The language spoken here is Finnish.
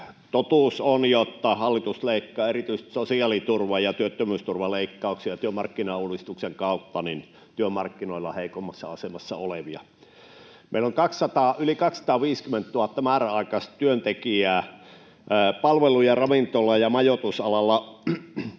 Totuus on, jotta hallitus leikkaa erityisesti sosiaaliturvaa ja työttömyysturvaa työmarkkinauudistuksen kautta eli työmarkkinoilla heikoimmassa asemassa olevilta. Meillä on yli 250 000 määräaikaista työntekijää palvelu-, ravintola- ja majoitusalalla.